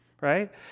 right